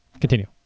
continue